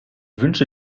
wünsche